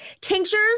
tinctures